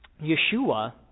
Yeshua